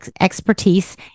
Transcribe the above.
expertise